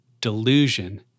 delusion